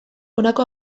honako